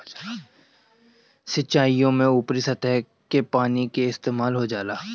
सिंचाईओ में ऊपरी सतह के पानी के इस्तेमाल हो जाला